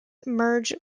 merge